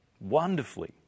wonderfully